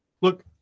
Look